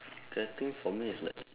okay I think for me is like